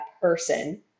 person